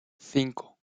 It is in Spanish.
cinco